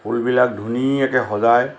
ফুলবিলাক ধুনীয়াকৈ সজায়